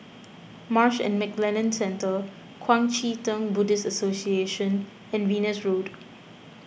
Marsh and McLennan Centre Kuang Chee Tng Buddhist Association and Venus Road